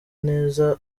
neza